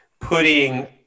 putting